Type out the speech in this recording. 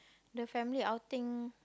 the family outing